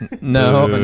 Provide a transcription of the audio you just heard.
No